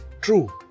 True